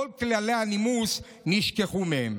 כל כללי הנימוס נשכחו מהם.